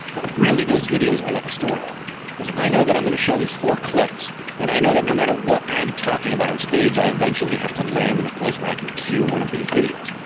but really those videos are like a story arc, because if i know i'm going show these four clips then i know that no matter what i'm talking about on stage, i eventually have to land in a place where i can queue one of these videos.